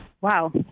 Wow